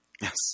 Yes